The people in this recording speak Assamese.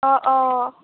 অঁ অঁ